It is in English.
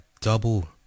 double